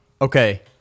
okay